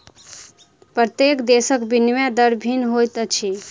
प्रत्येक देशक विनिमय दर भिन्न होइत अछि